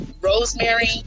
Rosemary